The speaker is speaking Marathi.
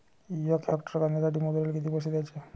यक हेक्टर कांद्यासाठी मजूराले किती पैसे द्याचे?